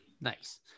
Nice